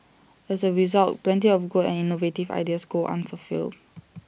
as A result plenty of good and innovative ideas go unfulfilled